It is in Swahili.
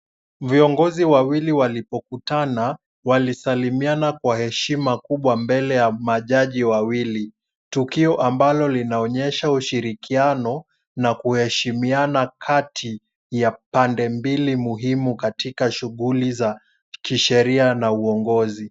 Viongozi wawili walipokutana walisalimia kwa heshima kubwa mbele ya majaji wawili, tukio ambalo linaonyesha ushirikiano na kuheshimiana kati ya pande mbili muhimu katika shughuli za kisheria na uongozi.